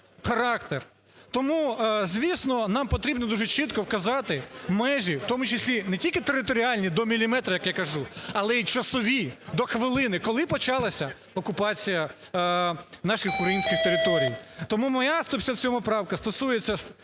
характер. Тому, звісно, нам потрібно дуже чітко вказати межі, в тому числі не тільки територіальні, до міліметра, як я кажу, але і часові, до хвилини, коли почалася окупація наших українських територій. Тому моя 157 правка стосується: